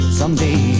someday